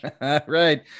Right